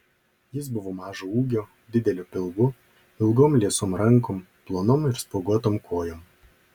jis buvo mažo ūgio dideliu pilvu ilgom liesom rankom plonom ir spuoguotom kojom